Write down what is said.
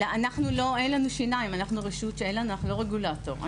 לנו אין שיניים, אנחנו לא רגולטור.